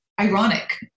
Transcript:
ironic